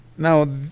Now